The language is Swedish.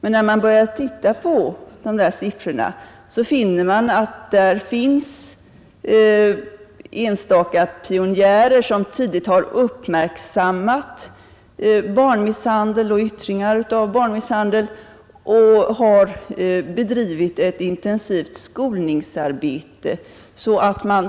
Tittar man närmare på siffrorna finner man dock att där finns enstaka pionjärer som tidigt har uppmärksammat barnmisshandel och yttringar av barnmisshandel och som har bedrivit ett intensivt skolningsarbete.